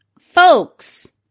folks